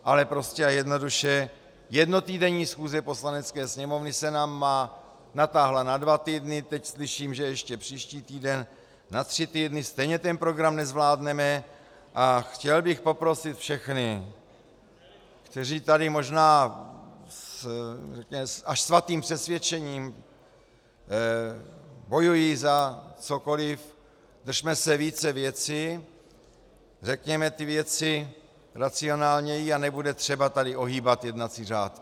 Ale prostě a jednoduše, jednotýdenní schůze Poslanecké sněmovny se nám natáhla na dva týdny, teď slyším, že ještě příští týden, na tři týdny, stejně ten program nezvládneme, a chtěl bych poprosit všechny, kteří tady možná až se svatým přesvědčením bojují za cokoliv držme se více věci, řekněme ty věci racionálněji a nebude třeba tady ohýbat jednací řád.